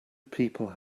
people